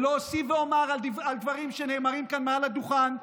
ולא אוסיף ואומר על דברים שנאמרים כאן מעל הדוכן.